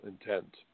intent